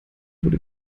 wurde